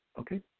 Okay